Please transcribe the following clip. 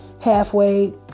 halfway